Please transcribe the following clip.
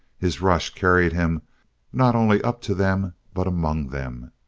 his rush carried him not only up to them but among them.